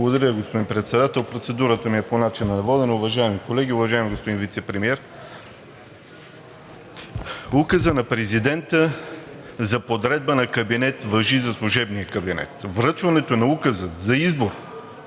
Благодаря, господин Председател. Процедурата ми е по начина на водене. Уважаеми колеги, уважаеми господин Вицепремиер! Указът на президента за подредба на кабинет важи за служебния кабинет. Връчването на Указа за избор